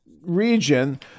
region